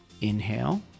inhale